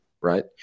right